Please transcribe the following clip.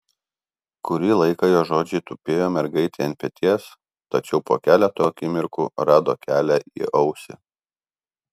kurį laiką jo žodžiai tupėjo mergaitei ant peties tačiau po keleto akimirkų rado kelią į ausį